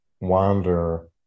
wander